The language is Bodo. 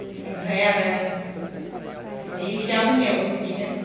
इनिफ्राय आरो जि फिसाफोरनियाबो बिदिनो